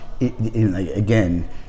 again